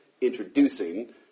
introducing